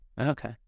Okay